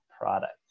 product